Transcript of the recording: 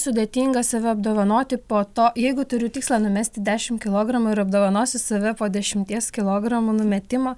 sudėtinga save apdovanoti po to jeigu turiu tikslą numesti dešimt kilogramų ir apdovanosiu save po dešimties kilogramų numetimo